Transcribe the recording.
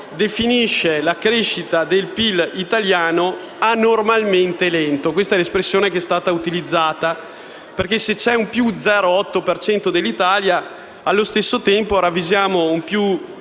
definisce la crescita del PIL italiano «anormalmente» lenta. Questa è l'espressione che è stata utilizzata, perché, se c'è un +0,8 per cento dell'Italia, allo stesso tempo ravvisiamo un